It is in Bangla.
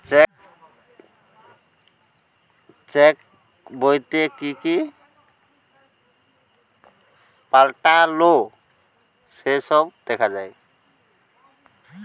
চেক বইতে কি কি পাল্টালো সে সব দেখা যায়